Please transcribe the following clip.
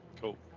cool